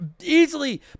easily